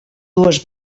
dues